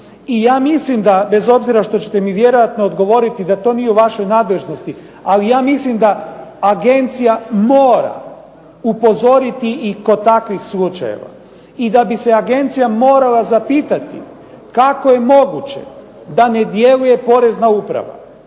I ja mislim da, bez obzira što će mi vjerojatno odgovoriti da to nije u vašoj nadležnosti, ali ja mislim da agencija mora upozoriti i kod takvih slučajeva. I da bi se agencija morala zapitati kako je moguće da ne djeluje porezna uprava,